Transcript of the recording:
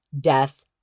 death